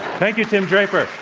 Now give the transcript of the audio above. thank you, tim draper.